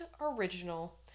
original